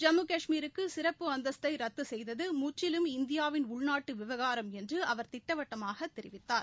ஜம்மு கஷ்மீருக்கு சிறப்பு அந்தஸ்தை ரத்து செய்தது முற்றிலும் இந்தியாவின் உள்நாட்டு விவகாரம் என்று அவர் திட்டவட்டமாகத் தெரிவித்தார்